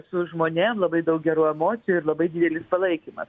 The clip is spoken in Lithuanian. su žmonėm labai daug gerų emocijų ir labai didelis palaikymas